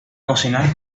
cocinar